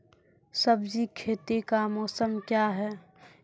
सब्जी खेती का मौसम क्या हैं?